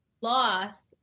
lost